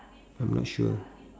I'm not sure